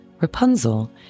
Rapunzel